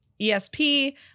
ESP